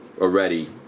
already